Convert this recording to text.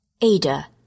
Ada